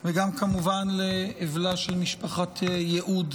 וגם, כמובן, לאבלה של משפחת יהוד.